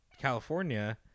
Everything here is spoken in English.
California